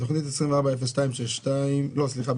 בתוכנית 240262 סליחה,